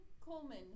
Coleman